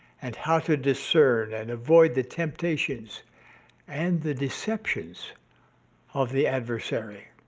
and how to discern and avoid the temptations and the deceptions of the adversary.